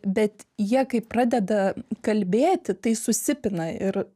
bet jie kai pradeda kalbėti tai susipina ir